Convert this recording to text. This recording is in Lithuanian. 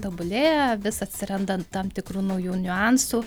tobulėja vis atsiranda tam tikrų naujų niuansų